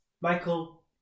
Michael